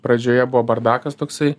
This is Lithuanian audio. pradžioje buvo bardakas toksai